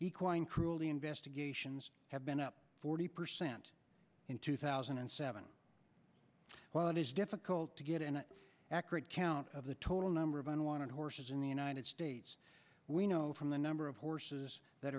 equine cruelty investigations have been up forty percent in two thousand and seven while it is difficult to get an accurate count of the total number of unwanted horses in the united states we know from the number of horses that